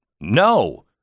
no